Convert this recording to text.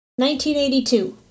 1982